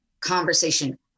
conversation